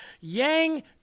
Yang